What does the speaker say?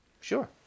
sure